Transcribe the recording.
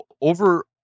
over